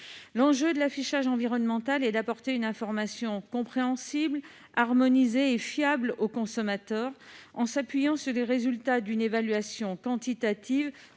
en cours. L'affichage environnemental a pour objet d'apporter une information compréhensible, harmonisée et fiable aux consommateurs, en s'appuyant sur les résultats d'une évaluation quantitative,